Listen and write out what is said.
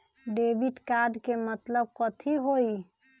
Debit card के मतलब कथी होई?